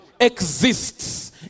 exists